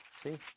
See